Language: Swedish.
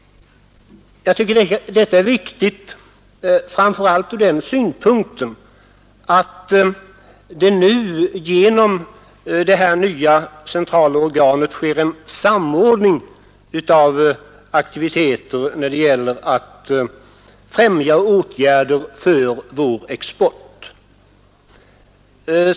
Jag tycker att detta är viktigt, framför allt ur den synpunkten att det genom det här nya centrala organet sker en samordning av aktiviteter när det gäller att främja vår export.